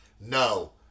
No